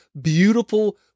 beautiful